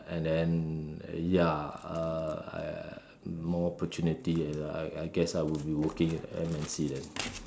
and then ya uh I more opportunity I I guess I'll be working in M_N_C then